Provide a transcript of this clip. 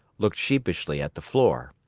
looked sheepishly at the floor.